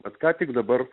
vat ką tik dabar